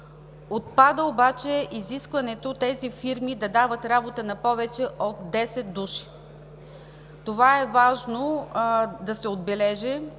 Отпада обаче изискването тези фирми да дават работа на повече от 10 души. Това е важно да се отбележи,